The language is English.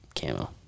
camo